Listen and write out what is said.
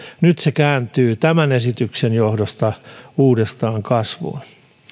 nyt se kääntyy tämän esityksen johdosta uudestaan kasvuun